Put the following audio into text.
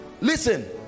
Listen